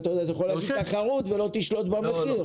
אתה יודע, אתה יכול להגיד תחרות ולא תשלוט במחיר.